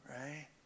Right